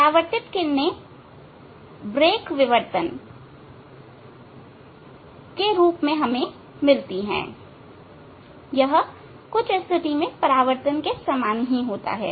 परावर्तित किरणें ब्रेग विवर्तन के रूप में मिलती हैंयह कुछ स्थिति में परावर्तन के समान ही है